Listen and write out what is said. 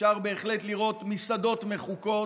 אפשר בהחלט לראות מסעדות מחוקות,